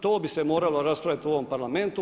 To bi se moralo raspraviti u ovom Parlamentu.